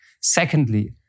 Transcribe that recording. Secondly